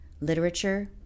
literature